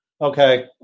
Okay